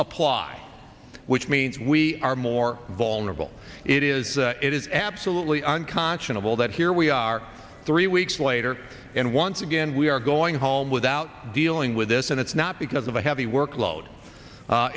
apply which means we are more vulnerable it is it is absolutely unconscionable that here we are three weeks later and once again we are going home without dealing with this and it's not because of a heavy workload